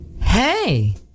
Hey